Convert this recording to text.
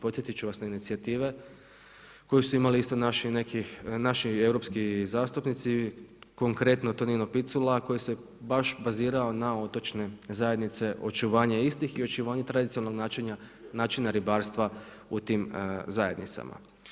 Podsjetit ću vas na inicijative koji su imali isto naši neki europski zastupnici, konkretno Tonino Picula, koji se baš bazirao na otočne zajednice, očuvanje istih i očuvanje tradicionalnog načina ribarstva u tim zajednicama.